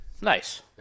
Nice